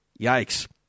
Yikes